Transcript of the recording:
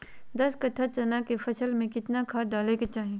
दस कट्ठा चना के फसल में कितना खाद डालें के चाहि?